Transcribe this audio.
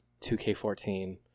2k14